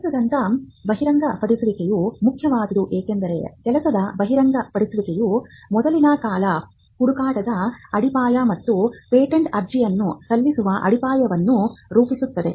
ಕೆಲಸದ ಬಹಿರಂಗಪಡಿಸುವಿಕೆಯು ಮುಖ್ಯವಾದುದು ಏಕೆಂದರೆ ಕೆಲಸದ ಬಹಿರಂಗಪಡಿಸುವಿಕೆಯು ಮೊದಲಿನ ಕಲಾ ಹುಡುಕಾಟದ ಅಡಿಪಾಯ ಮತ್ತು ಪೇಟೆಂಟ್ ಅರ್ಜಿಯನ್ನು ರಚಿಸುವ ಅಡಿಪಾಯವನ್ನು ರೂಪಿಸುತ್ತದೆ